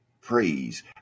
praise